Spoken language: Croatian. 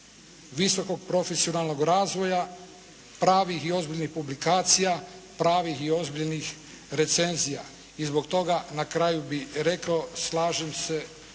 visokog profesionalnog razvoja, pravih i ozbiljnih publikacija, pravih i ozbiljnih recenzija. I zbog toga na kraju bih rekao, slažem se